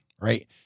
right